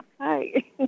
Hi